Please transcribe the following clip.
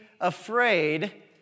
afraid